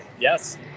Yes